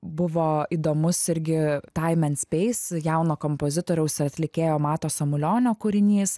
buvo įdomus irgi taimen speis jauno kompozitoriaus atlikėjo mato samulionio kūrinys